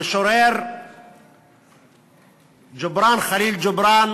המשורר ג'ובראן ח'ליל ג'ובראן